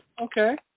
Okay